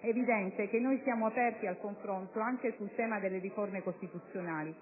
È evidente che noi siamo aperti al confronto anche sul tema delle riforme costituzionali.